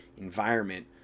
environment